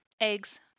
eggs